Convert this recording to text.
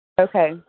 Okay